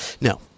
No